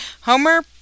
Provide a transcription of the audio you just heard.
Homer